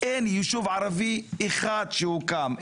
אין יישוב ערבי אחד שהוקם.